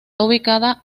ubicada